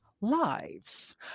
lives